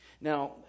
Now